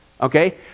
Okay